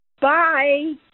Bye